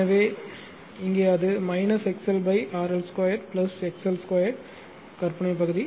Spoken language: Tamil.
எனவே இங்கே அது XL RL 2 XL 2 கற்பனை பகுதி